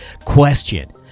Question